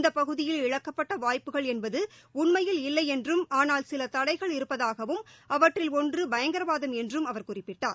இந்தப் பகுதியில் இழக்கப்பட்ட வாய்ப்புகள் என்பது உண்மையில் இல்லை என்றும் ஆனால் சில தடைகள் இருப்பதாகவும் அவற்றில் ஒன்று பயங்கரவாதம் என்றும் அவர் குறிப்பிட்டார்